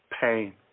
pain